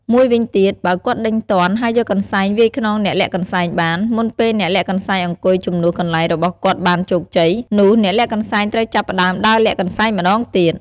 មួយវិញទៀត បើគាត់ដេញទាន់ ហើយយកកន្សែងវាយខ្នងអ្នកលាក់កន្សែងបាន មុនពេលអ្នកលាក់កន្សែងអង្គុយជំនួសកន្លែងរបស់គាត់បានជោគជ័យ នោះអ្នកលាក់កន្សែងត្រូវចាប់ផ្តើមដើរលាក់កន្សែងម្តងទៀត។